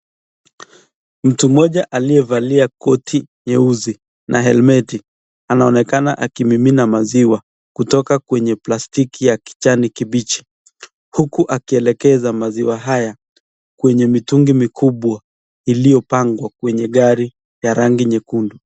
Mtu mmoja aliye valia koti nyeusi na helimeti, anaonekana akimimina maziwa kutoka kwenye plastiki ya kijani kibichi huku akielekeza maziwa haya kwenye mitungi mikubwa iliyo pangwa kwenye gari ya rangi nyekundu.